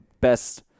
best